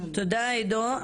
תודה, עידו.